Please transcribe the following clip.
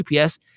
UPS